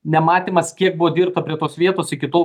nematymas kiek buvo dirbta prie tos vietos iki tol